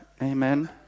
amen